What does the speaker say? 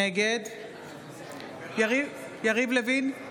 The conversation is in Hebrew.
נגד יריב לוין,